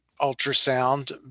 ultrasound